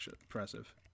impressive